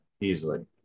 Easily